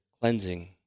cleansing